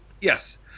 Yes